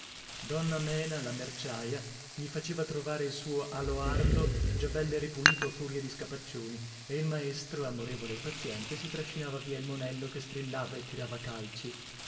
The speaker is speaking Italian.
donna mena la merciaia gli faceva trovare il suo aloardo già belle ripulito a furia di scapaccioni e il maestro amorevole e paziente si trascinava via il monello che strillava e tirava calci